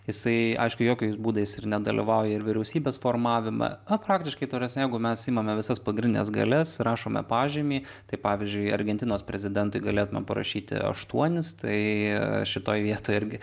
jisai aišku jokiais būdais ir nedalyvauja ir vyriausybės formavime na praktiškai ta prasme jeigu mes imame visas pagrindines galias ir rašome pažymį tai pavyzdžiui argentinos prezidentui galėtumėm parašyti aštuonis tai šitoj vietoj irgi